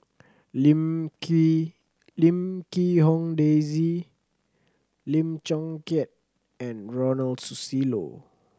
Lim Quee Lim Quee Hong Daisy Lim Chong Keat and Ronald Susilo